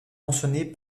mentionnés